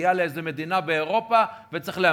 מגיעה לאיזו מדינה באירופה, וצריך להמתין.